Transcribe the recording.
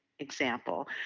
example